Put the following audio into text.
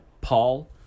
Paul